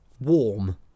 warm